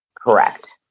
Correct